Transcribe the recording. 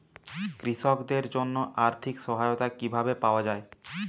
কৃষকদের জন্য আর্থিক সহায়তা কিভাবে পাওয়া য়ায়?